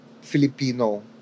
Filipino